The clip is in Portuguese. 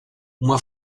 uma